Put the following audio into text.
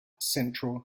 central